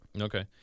Okay